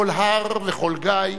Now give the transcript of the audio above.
כל הר וכל גיא,